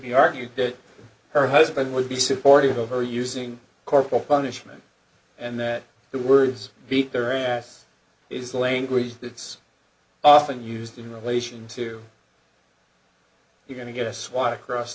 be argued that her husband would be supportive of her using corporal punishment and that the words beat their ass is the language that's often used in relation to you going to get a swat across